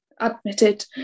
admitted